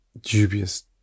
dubious